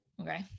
Okay